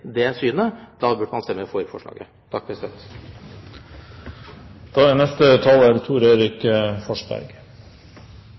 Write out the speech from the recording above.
det synet – burde man stemme for forslaget? Jeg er